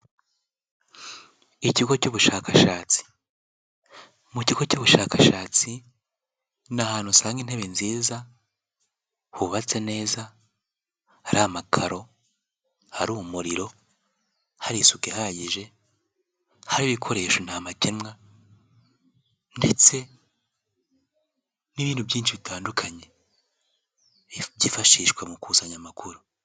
Ikigo cy'ubushakashatsi, mu kigo cy'ubushakashatsi ni ahantu usanga intebe nziza, hubatse neza, hari amakaro, hari umuriro, hari isuku ihagije, hari ibikoresho nta makemwa ndetse n'ibindi byinshi bitandukanye byifashishwa mu kusanya amakuru.